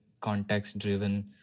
context-driven